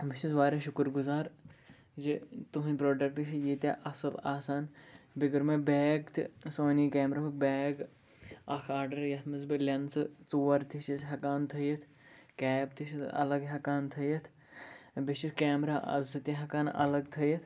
بہٕ چھَس واریاہ شُکُر گُزار زِ تُہنٛد پروڈَکٹ چھِ ییٖتیٛاہ اَصٕل آسان بیٚیہِ کٔر مےٚ بیگ تہِ سونی کیمراہُک بیگ اَکھ آرڈَر یَتھ منٛز بہٕ لٮ۪نسہٕ ژور تہِ چھِس ہٮ۪کان تھٲیِتھ کیپ تہِ چھِس الگ ہٮ۪کان تھٲیِتھ بیٚیہِ چھِ کیٚمرا آز سُہ تہِ ہٮ۪کان اَلَگ تھٲیِتھ